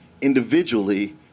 individually